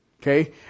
Okay